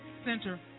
Center